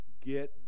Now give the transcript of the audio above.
get